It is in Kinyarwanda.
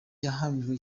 yahamijwe